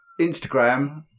Instagram